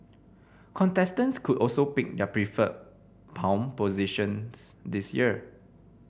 contestants could also pick their preferred palm positions this year